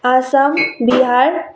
Assam Bihar